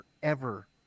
forever